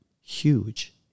huge